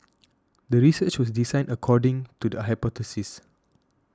the research was designed according to the hypothesis